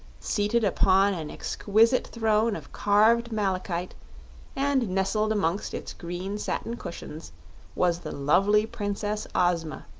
seated upon an exquisite throne of carved malachite and nestled amongst its green satin cushions was the lovely princess ozma,